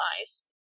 eyes